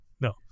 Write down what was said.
no